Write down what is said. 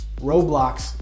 Roblox